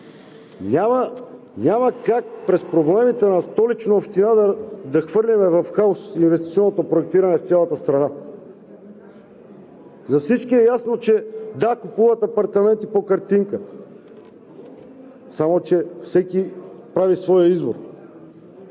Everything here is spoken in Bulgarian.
Няма как през проблемите на Столична община да хвърляме в хаос инвестиционното проектиране в цялата страна. За всички е ясно, че се купуват апартаменти по картинка, само че всеки прави своя избор.